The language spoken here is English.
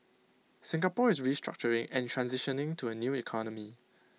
Singapore is restructuring and transitioning to A new economy